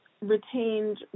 retained